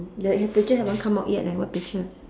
the picture haven't come out yet leh what picture